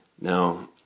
Now